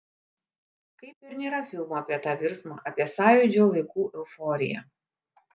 kaip ir nėra filmo apie tą virsmą apie sąjūdžio laikų euforiją